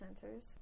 centers